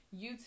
YouTube